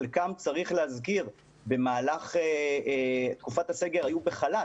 חלקם, צריך להזכיר, במהלך תקופת הסגר היו בחל"ת.